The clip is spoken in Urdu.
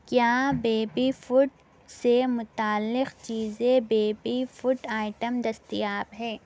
کیا بیبی فٹ سے متعلق چیزے بیبی فٹ آئٹم دستیاب ہے